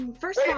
first